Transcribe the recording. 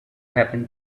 happened